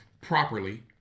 properly